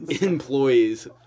employees